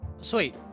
Sweet